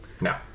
No